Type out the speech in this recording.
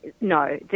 no